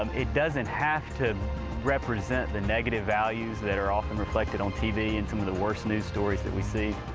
um it doesn't have to represent the negative values that are often reflected on tv in some of the worst news stories that we see.